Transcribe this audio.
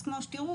אז כמו שתראו,